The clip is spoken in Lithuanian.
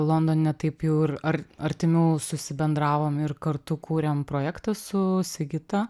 londone taip jau ir ar artimiau susi bendravom ir kartu kūrėm projektą su sigita